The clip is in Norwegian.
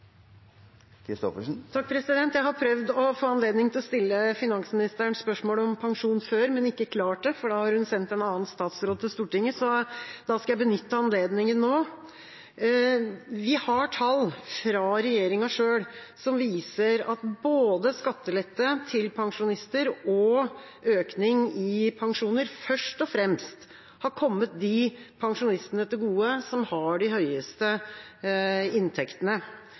Christoffersen – til oppfølgingsspørsmål. Jeg har prøvd å få anledning til å stille finansministeren spørsmål om pensjon før, men ikke klart det, for hun har sendt en annen statsråd til Stortinget. Så da skal jeg benytte anledningen nå. Vi har tall fra regjeringa selv som viser at både skattelette til pensjonister og økning i pensjoner først og fremst har kommet de pensjonistene som har de høyeste inntektene,